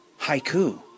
haiku